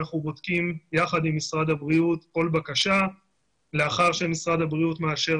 אנחנו בודקים יחד עם משרד הבריאות כל בקשה ולאחר שמשרד הבריאות מאשר